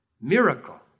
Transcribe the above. miracle